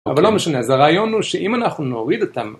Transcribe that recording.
אבל לא משנה, אז הרעיון הוא שאם אנחנו נוריד אותם